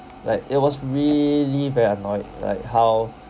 like it was really very annoyed like how